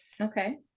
Okay